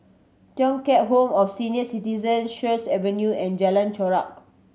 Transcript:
Thong Home of Senior Citizen Sheares Avenue and Jalan Chorak